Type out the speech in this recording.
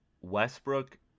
Westbrook